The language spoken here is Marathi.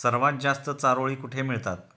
सर्वात जास्त चारोळी कुठे मिळतात?